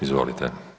Izvolite.